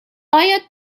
آیا